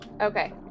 Okay